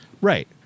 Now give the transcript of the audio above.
Right